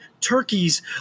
turkeys